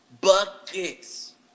Buckets